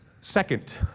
Second